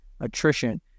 attrition